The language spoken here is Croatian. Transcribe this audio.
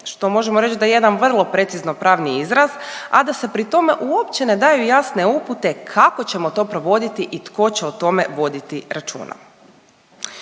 što možemo reći da je jedan vrlo precizno pravni izraz, a da se pri tome uopće ne daju jasne upute kako ćemo to provoditi i tko će o tome voditi računa.